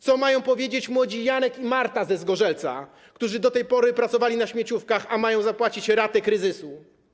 Co mają powiedzieć młodzi Janek i Marta ze Zgorzelca, którzy do tej pory pracowali na śmieciówkach, a mają zapłacić ratę kredytu?